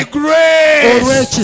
grace